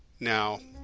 now,